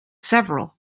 several